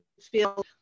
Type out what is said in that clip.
feel